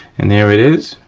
and there it is.